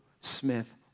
Smith